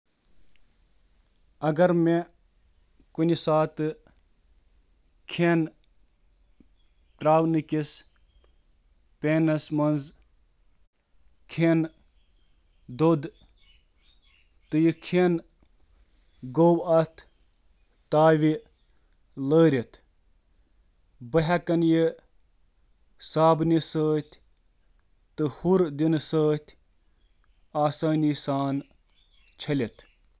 دزمٕژ کھیٚنہٕ سۭتۍ آسٲنی سان ترٛاونہٕ خٲطرٕ، گرم آبہٕ تہٕ بیکنگ سوڈا ہٕنٛد مرکب سۭتۍ بٔرِو، اتھ کیٚنٛہن منٹن تام بیٚہتھ، پتہٕ سفید سرکہ ہُنٛد اکھ چھٹکہٕ شٲمِل کرنہٕ خٲطرٕ یُس دزمُت کھیٚن ڈھیلہٕ کرنس منٛز مدد کرِ۔